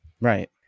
Right